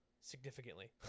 significantly